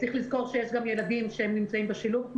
צריך לזכור שיש גם ילדים שנמצאים בשילוב.